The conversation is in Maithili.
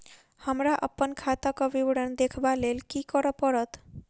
हमरा अप्पन खाताक विवरण देखबा लेल की करऽ पड़त?